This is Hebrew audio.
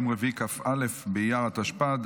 יום רביעי כ"א באייר התשפ"ד,